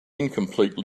incomplete